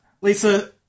Lisa